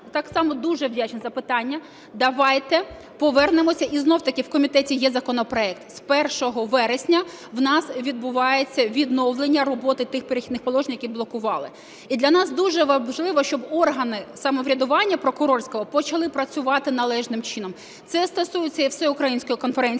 так само дуже вдячна за питання. Давайте повернемося. І знов таки у комітеті є законопроект. З 1 вересня у нас відбувається відновлення роботи тих "Перехідних положень", який блокували. І для нас дуже важливо, щоб органи самоврядування прокурорського почали працювати належним чином. Це стосується і всеукраїнської конференції